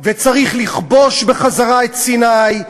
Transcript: וצריך לכבוש בחזרה את סיני,